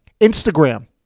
Instagram